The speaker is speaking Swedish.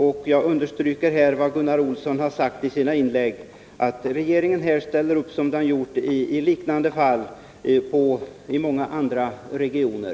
Jag vill understryka vad Gunnar Olsson har sagt om detta i sina inlägg och att regeringen här ställer upp som den har gjort i liknande fall i många andra regioner.